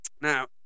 now